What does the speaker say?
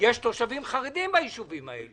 יש תושבים חרדים ביישובים האלה,